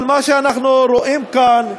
אבל מה שאנחנו רואים כאן,